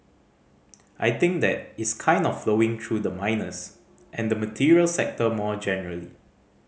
I think that is kind of flowing through the miners and the materials sector more generally